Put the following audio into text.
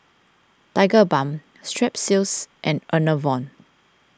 Tigerbalm Strepsils and Enervon